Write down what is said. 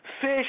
Fish